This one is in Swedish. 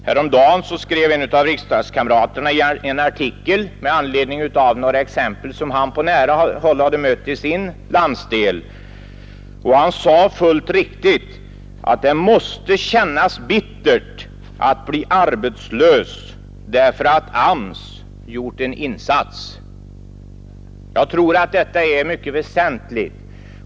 Häromdagen skrev en av riksdagskamraterna en artikel med anledning av några exempel som han på nära håll hade mött i sin landsdel, och han sade fullt riktigt att det måste kännas bittert att bli arbetslös därför att AMS gjort en insats. Jag tror att detta är mycket väsentligt.